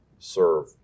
serve